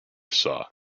saw